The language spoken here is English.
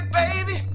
baby